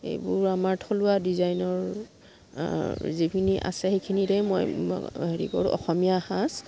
এইবোৰ আমাৰ থলুৱা ডিজাইনৰ যিখিনি আছে সেইখিনিৰে মই হেৰি কৰোঁ অসমীয়া সাজ